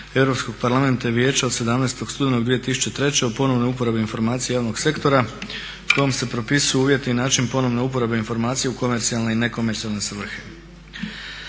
Europskog parlamenta i Vijeća od 17. studenog 2003. o ponovnoj uporabi informacija javnog sektora kojom se propisuju uvjeti i način ponovne uporabe informacija u komercijalne i nekomercijalne svrhe.